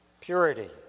purity